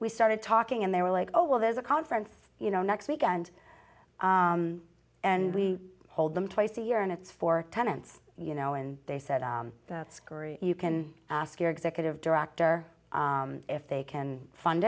we started talking and they were like oh well there's a conference you know next weekend and we hold them twice a year and it's for tenants you know and they said that's great you can ask your executive director if they can fund